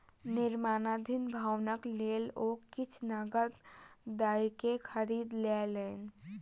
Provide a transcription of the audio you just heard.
निर्माणाधीन भवनक लेल ओ किछ नकद दयके खरीद लेलैन